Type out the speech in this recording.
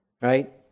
right